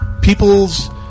people's